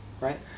right